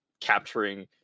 capturing